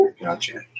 Gotcha